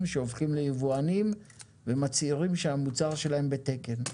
שהופכים ליבואנים ומצהירים שהמוצר שלהם בתקן,